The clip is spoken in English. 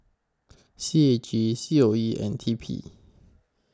C A G C O E and T P